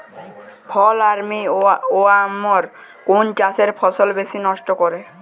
ফল armyworm কোন চাষের ফসল বেশি নষ্ট করে?